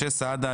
משה סעדה,